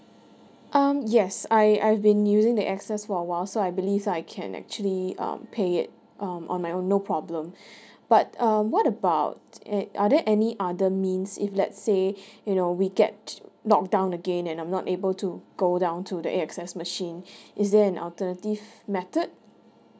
um yes I I've been using the A_X_S for a while so I believe I can actually um pay it um on my own no problem but um what about eh are there any other means if let's say you know we get locked down again and I'm not able to go down to the A_X_S machine is there an alternative method